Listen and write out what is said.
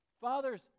fathers